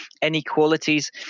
inequalities